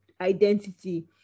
identity